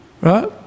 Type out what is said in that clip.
right